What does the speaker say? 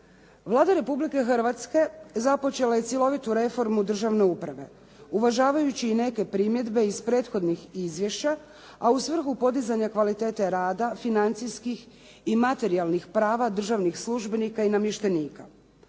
Vlada Republike Hrvatske započela je cjelovitu reformu državne uprave uvažavajući i neke primjedbe iz prethodnih izvješća, a u svrhu podizanja kvalitete rada, financijskih i materijalnih prava državnih službenika i namještenika.